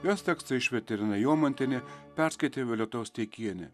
jos tekstą išvertė irena jomantienė perskaitė violeta osteikienė